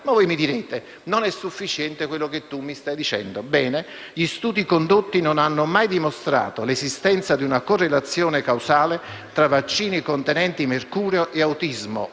contestare che non è sufficiente quello che sto dicendo. Ebbene, gli studi condotti non hanno mai dimostrato l'esistenza di una correlazione causale tra vaccini contenenti mercurio e autismo